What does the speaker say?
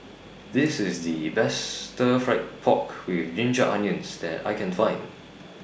This IS The Best Stir Fry Pork with Ginger Onions that I Can Find